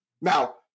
Now